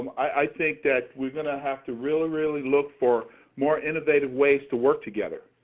i think that we're going to have to really really look for more innovative ways to work together.